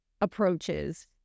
approaches